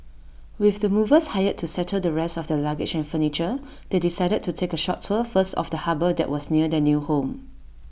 with the movers hired to settle the rest of their luggage and furniture they decided to take A short tour first of the harbour that was near their new home